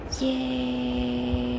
Yay